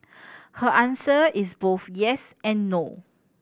her answer is both yes and no